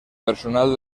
personal